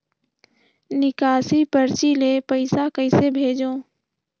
निकासी परची ले पईसा कइसे भेजों?